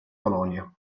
polonia